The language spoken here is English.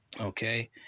Okay